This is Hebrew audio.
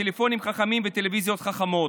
טלפונים חכמים וטלוויזיות חכמות.